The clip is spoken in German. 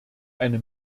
eine